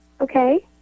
Okay